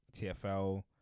TFL